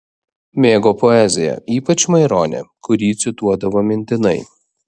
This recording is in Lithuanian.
mėgo poeziją ypač maironį kurį cituodavo mintinai